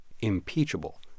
impeachable